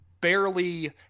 barely